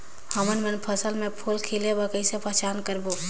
हमन मन फसल म फूल खिले बर किसे पहचान करबो?